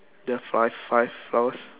there are five five flowers